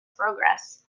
progress